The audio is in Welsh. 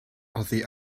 oddi